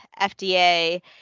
FDA